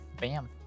bam